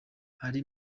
ari